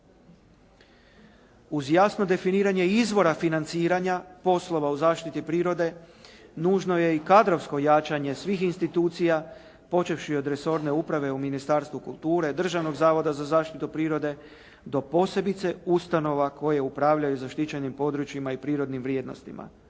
Uz jasno definiranje izvora financiranja poslova u zaštiti prirode, nužno je i kadrovsko jačanje svih institucija počevši od resorne uprave u Ministarstvu kulture, Državnog zavoda za zaštitu prirode do posebice ustanova koje upravljaju zaštićenim područjima i prirodnim vrijednostima,